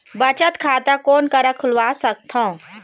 बचत खाता कोन करा खुलवा सकथौं?